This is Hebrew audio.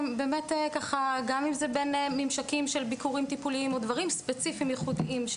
גם אם זה בין ממשקים של ביקורים טיפוליים או דברים ספציפיים ייחודיים,